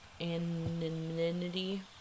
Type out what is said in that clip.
Anonymity